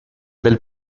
del